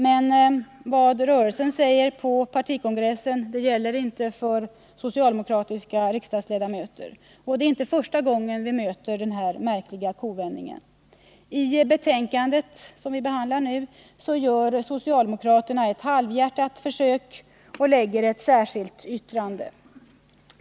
Men vad rörelsen säger på partikongressen gäller inte för socialdemokratiska riksdagsledamöter — det är inte första gången vi möter denna märkliga kovändning. I betänkandet som vi behandlar nu gör socialdemokraterna ett halvhjärtat försök och avger ett särskilt yttrande.